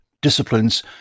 disciplines